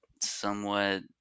somewhat